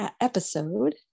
episode